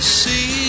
see